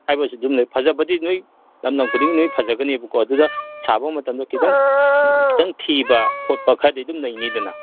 ꯍꯥꯏꯕꯁꯨ ꯑꯗꯨꯝ ꯂꯩ ꯐꯖꯕꯗꯤ ꯂꯣꯏ ꯂꯝ ꯂꯝ ꯈꯨꯗꯤꯡꯒꯤ ꯂꯣꯏ ꯐꯖꯒꯅꯦꯕꯀꯣ ꯑꯗꯨꯗ ꯁꯥꯕ ꯃꯇꯝꯗ ꯈꯤꯇꯪ ꯈꯤꯇꯪ ꯊꯤꯕ ꯈꯣꯠꯄ ꯈꯔꯗꯤ ꯑꯗꯨꯝ ꯂꯩꯅꯤꯗꯅ